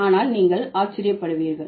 ஆனால் நீங்கள் ஆச்சரியப்படுவீர்கள்